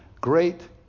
great